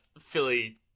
Philly